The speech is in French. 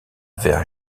vers